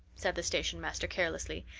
said the station-master carelessly.